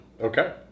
okay